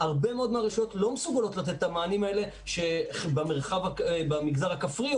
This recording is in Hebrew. הרבה מאוד מהרשויות לא מסוגלות לתת את המענים האלה במגזר הכפרי,